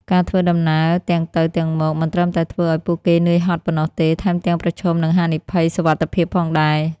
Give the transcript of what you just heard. ការធ្វើដំណើរទាំងទៅទាំងមកមិនត្រឹមតែធ្វើឱ្យពួកគេនឿយហត់ប៉ុណ្ណោះទេ ថែមទាំងប្រឈមនឹងហានិភ័យសុវត្ថិភាពផងដែរ។